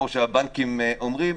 כפי שהבנקים אומרים,